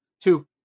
two